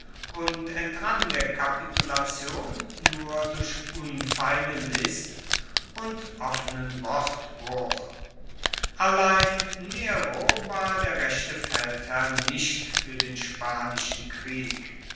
und entrann der kapitulation nur durch unfeine list und offenen wortbruch allein nero war der rechte feldherr nicht fuer den spanischen krieg